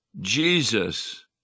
Jesus